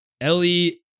Ellie